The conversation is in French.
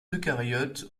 eucaryotes